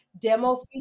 demo